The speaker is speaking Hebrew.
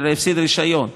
הפסיד רישיון.